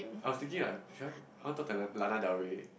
I was thinking like should I I want talk to Lan~ Lana-Del-Rey